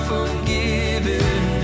Forgiven